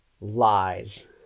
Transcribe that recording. Lies